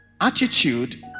attitude